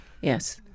Yes